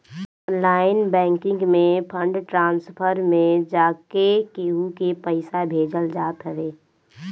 online banking में fund transfer में जाके केहू के पईसा भेजल जात हवे